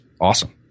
awesome